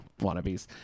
wannabes